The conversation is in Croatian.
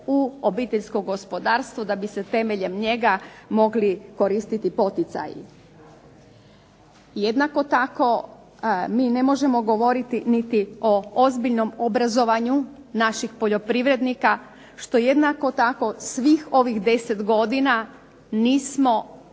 u obiteljsko gospodarstvo da bi se temeljem njega mogli koristiti poticaji. Jednako tako mi ne možemo govoriti niti o ozbiljnom obrazovanju naših poljoprivrednika, što jednako tako svih ovih 10 godina nismo pokušali